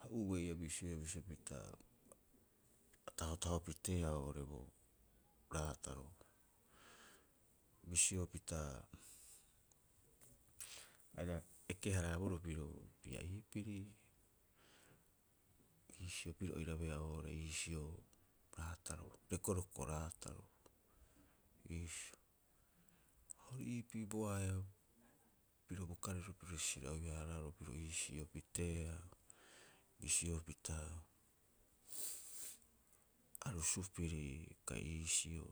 Ha uei a bisioea bisio pita, a tahotaho piteea oo'ore o bo raataro, bisio pita aira eke- haraaboroo piro pia'ii piri. Iisio piro oirabeea oo'ore iisio bo raataro rekoreko raataro iisio. Ha ori iipii bo ahe'a piro bo kariro pirore sira'oi- haaraaroo piro iisio piteea, bisio pita arusu piri kai iisio.